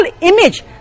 image